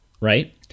Right